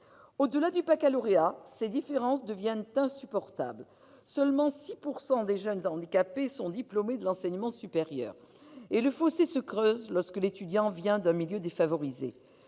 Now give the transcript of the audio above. Au-delà du baccalauréat, ces différences deviennent insupportables : seulement 6 % des jeunes handicapés sont diplômés de l'enseignement supérieur. Et le fossé se creuse lorsque l'étudiant vient d'un milieu défavorisé.